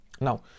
Now